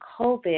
COVID